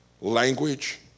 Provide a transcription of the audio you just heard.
language